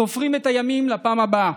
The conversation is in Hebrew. סופרים את הימים לפעם הבאה.